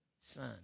son